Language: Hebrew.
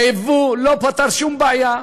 היבוא לא פתר שום בעיה.